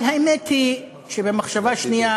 אבל האמת היא שבמחשבה שנייה,